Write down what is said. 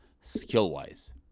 skill-wise